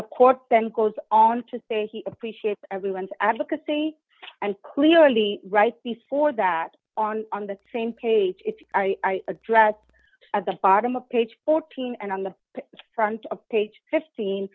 court then goes on to say he appreciates everyone's advocacy and clearly right before that on on the same page i address at the bottom of page fourteen and on the front page fifteen